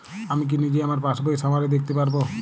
আমি কি নিজেই আমার পাসবইয়ের সামারি দেখতে পারব?